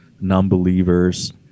non-believers